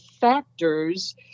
factors